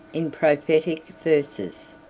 in prophetic verses,